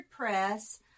WordPress